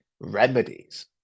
remedies